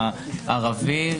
הערבי,